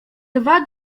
dwa